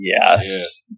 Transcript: Yes